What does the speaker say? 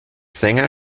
sänger